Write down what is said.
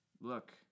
Look